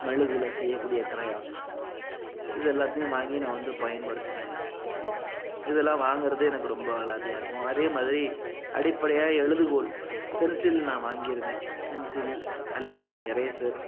மெழுகில் செய்யக்கூடிய க்ரையான்ஸ் இது எல்லாத்தையும் வாங்கி நான் வந்து பயன்படுத்துவேன் இதெல்லாம் வாங்கறதே எனக்கு ரொம்ப அலாதியாக இருக்கும் அதே மாதிரி அடிப்படையாக எழுதுகோல் பென்சில் நான் வாங்கிருவேன் பென்சில் அழிப்பான் எரேசர்